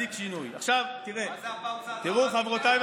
דודי,